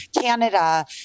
Canada